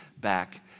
back